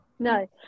No